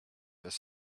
their